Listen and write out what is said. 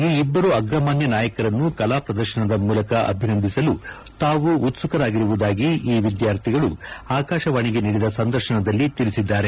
ಈ ಇಬ್ಬರು ಅಗ್ರಮಾನ್ಯ ನಾಯಕರನ್ನು ಕಲಾಪ್ರದರ್ಶನದ ಮೂಲಕ ಅಭಿನಂದಿಸಲು ತಾವು ಉತ್ತುಕರಾಗಿರುವುದಾಗಿ ಈ ವಿದ್ಯಾರ್ಥಿಗಳು ಆಕಾಶವಾಣಿಗೆ ನೀಡಿದ ಸಂದರ್ಶನದಲ್ಲಿ ತಿಳಿಸಿದ್ದಾರೆ